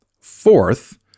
Fourth